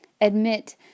Admit